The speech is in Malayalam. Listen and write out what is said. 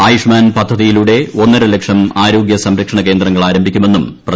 ആയുഷ്മാൻ പദ്ധതിയിലൂടെ ഒന്നര ലക്ഷം ആരോഗ്യ സംരക്ഷണ കേന്ദ്രങ്ങൾ ആരംഭിക്കുമെന്നും പ്രധാനമന്ത്രി